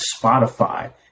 Spotify